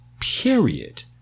Period